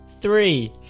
Three